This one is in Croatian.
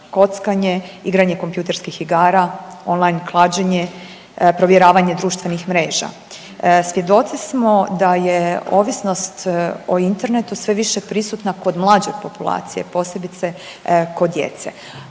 kockanje, igranje kompjuterskih igara, on-line klađenje, provjeravanje društvenih mreža. Svjedoci smo da je ovisnost o internetu sve više prisutna kod mlađe populacije posebice kod djece.